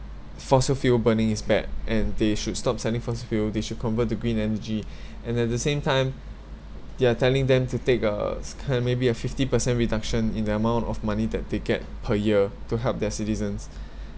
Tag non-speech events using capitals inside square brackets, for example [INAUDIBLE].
fossil fuel burning is bad and they should stop selling fossil fuel they should convert to green energy [BREATH] and at the same time they're telling them to take uh kind of maybe a fifty percent reduction in the amount of money that they get per year to help their citizens [BREATH]